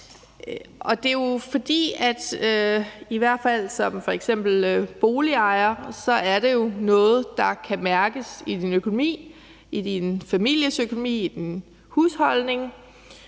Det er jo, fordi at det i hvert fald som eksempelvis boligejer er noget, der kan mærkes i din økonomi, i din families økonomi og i din husholdning.